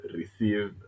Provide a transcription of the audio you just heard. receive